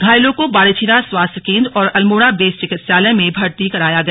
घायलों को बाड़ेछिना स्वास्थ्य केन्द्र और अल्मोड़ा बेस चिकित्सालय में भर्ती कराया गया